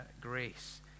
grace